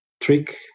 trick